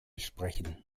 sprechen